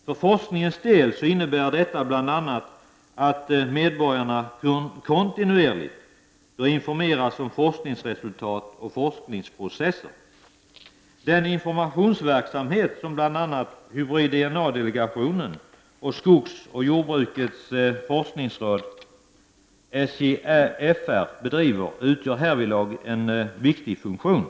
För forskningens del innebär detta bl.a. att medborgarna kontinuerligt bör informeras om forskningsresultat och forskningsprocesser. Den informationsverksamhet som bl.a. hybrid-DNA-delegationen och skogsoch jordbrukets forskningsråd, SJFR, bedriver utgör härvidlag en viktig funktion.